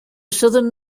southern